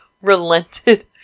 Relented